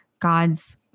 God's